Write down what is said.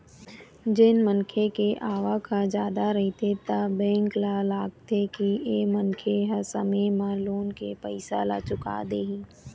जेन मनखे के आवक ह जादा रहिथे त बेंक ल लागथे के ए मनखे ह समे म लोन के पइसा ल चुका देही